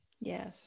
yes